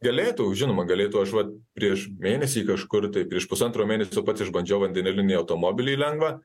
galėtų žinoma galėtų aš vat prieš mėnesį kažkur tai prieš pusantro mėnesio pats išbandžiau vandenilinį automobilį lengvą